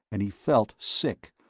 and he felt sick,